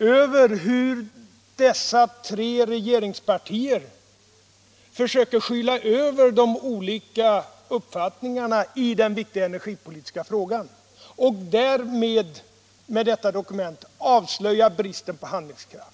om hur de tre regeringspartierna försöker skyla över de olika uppfatt ningarna i den viktiga energipolitiska frågan. Därmed söker man dölja bristen på handlingskraft.